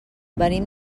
venim